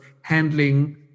handling